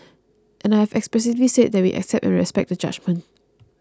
and I have expressively said that we accept and respect the judgement